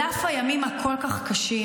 על אף הימים הכל-כך קשים,